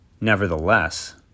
Nevertheless